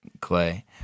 clay